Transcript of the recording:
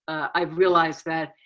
i've realized that,